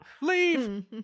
Leave